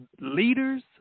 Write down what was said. leaders